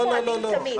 לקצר את המועדים תמיד,